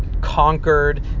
conquered